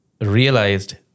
realized